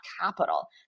capital